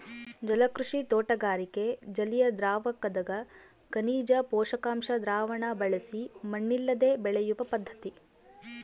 ಜಲಕೃಷಿ ತೋಟಗಾರಿಕೆ ಜಲಿಯದ್ರಾವಕದಗ ಖನಿಜ ಪೋಷಕಾಂಶ ದ್ರಾವಣ ಬಳಸಿ ಮಣ್ಣಿಲ್ಲದೆ ಬೆಳೆಯುವ ಪದ್ಧತಿ